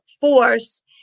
force